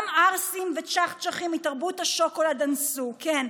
גם ערסים וצ'חצ'חים מתרבות השוקולד אנסו, כן.